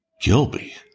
Gilby